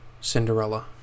Cinderella